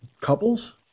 couples